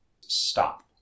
Stop